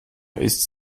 ist